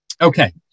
Okay